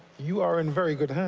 you are in very good hands.